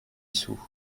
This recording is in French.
issou